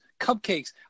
cupcakes